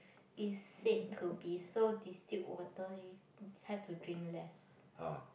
it said to be so distilled water which have to drink less